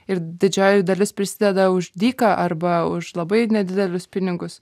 ir didžioji dalis prisideda už dyką arba už labai nedidelius pinigus